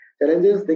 challenges